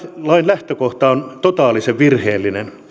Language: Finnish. lain lähtökohta on totaalisen virheellinen